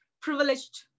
privileged